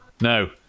No